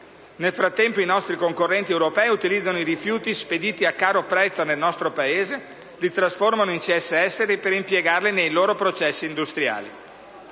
Nel frattempo i nostri concorrenti europei utilizzano i rifiuti spediti a caro prezzo del nostro Paese e li trasformano in CSS per impiegarli nei loro processi industriali.